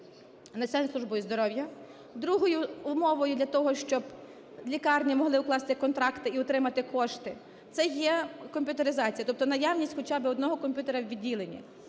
Національною службою здоров'я. Другою умовою для того, щоб лікарні могли укласти контракти і отримати кошти, – це є комп'ютеризація, тобто наявність хоча би одного комп'ютера в відділенні.